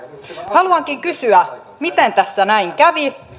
haluankin kysyä miten tässä näin kävi